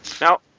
Now